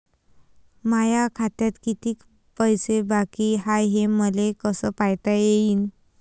माया खात्यात कितीक पैसे बाकी हाय हे मले कस पायता येईन?